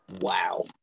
Wow